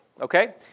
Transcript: okay